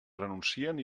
renuncien